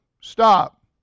Stop